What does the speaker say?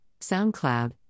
SoundCloud